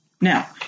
Now